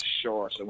sure